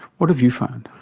what have you found?